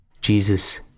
Jesus